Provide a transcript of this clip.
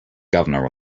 governor